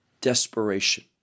desperation